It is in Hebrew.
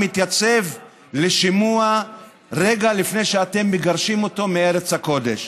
לא מתייצב לשימוע רגע לפני שאתם מגרשים אותו מארץ הקודש.